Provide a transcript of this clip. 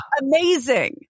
amazing